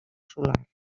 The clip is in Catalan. solar